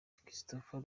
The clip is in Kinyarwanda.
christopher